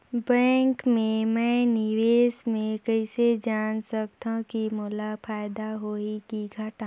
Bank मे मैं निवेश मे कइसे जान सकथव कि मोला फायदा होही कि घाटा?